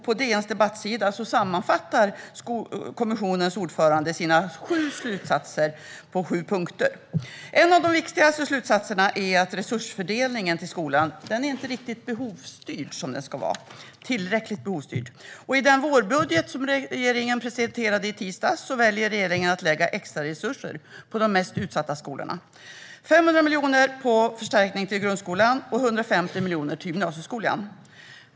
På DN:s debattsida sammanfattar Skolkommissionens ordförande kommissionens sju slutsatser i sju punkter. En av de viktiga slutsatserna är att resursfördelningen till skolan inte är tillräckligt behovsstyrd. I den vårbudget som regeringen presenterade i tisdags väljer regeringen att lägga extra resurser på de mest utsatta skolorna. Man avsätter 500 miljoner till förstärkning av grundskolan och 150 miljoner till gymnasieskolan.